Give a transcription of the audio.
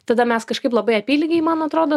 tada mes kažkaip labai apylygiai man atrodo